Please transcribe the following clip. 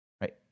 right